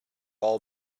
all